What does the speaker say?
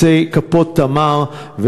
כפות עצי תמר,